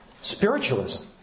Spiritualism